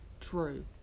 true